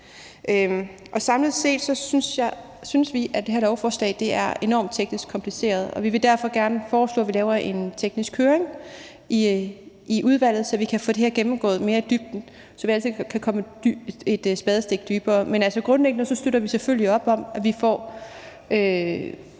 Samlet set synes vi, at det her lovforslag er enormt teknisk kompliceret, og vi vil derfor gerne foreslå, at vi laver en teknisk høring i udvalget, så vi kan få det her gennemgået mere i dybden og komme et spadestik dybere. Men grundlæggende støtter vi selvfølgelig op om, at vi får